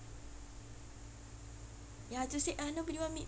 ya just say !aiya! nobody want to meet